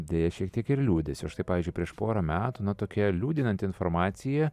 deja šiek tiek ir liūdesio štai pavyzdžiui prieš porą metų na tokia liūdinanti informacija